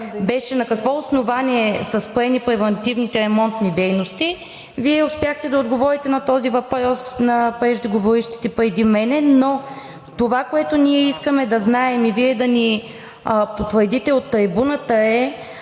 беше: на какво основание са спрени превантивните ремонтни дейности? Вие успяхте да отговорите на този въпрос на преждеговорившите преди мен. Това, което ние искаме да знаем и Вие да ни потвърдите от трибуната,